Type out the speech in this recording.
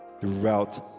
throughout